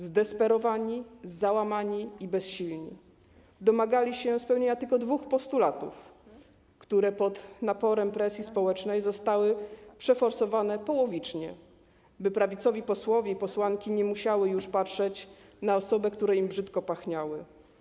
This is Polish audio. Zdesperowani, załamani i bezsilni, domagali się spełnienia tylko dwóch postulatów, które pod naporem presji społecznej zostały przeforsowane połowicznie, by prawicowi posłowie i posłanki nie musieli już patrzeć na osoby, które im brzydko pachniały.